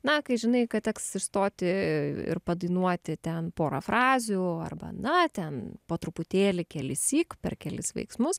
na kai žinai kad teks išstoti ir padainuoti ten porą frazių arba na ten po truputėlį kelissyk per kelis veiksmus